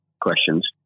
questions